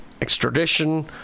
extradition